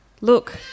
Look